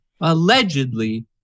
allegedly